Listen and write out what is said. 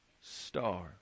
star